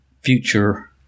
future